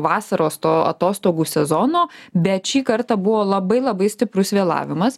vasaros to atostogų sezono bet šį kartą buvo labai labai stiprus vėlavimas